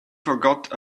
forgot